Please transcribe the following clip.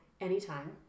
anytime